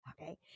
okay